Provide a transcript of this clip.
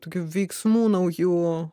tokių veiksmų naujų